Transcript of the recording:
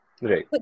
right